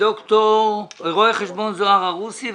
רואה חשבון זוהר ערוסי.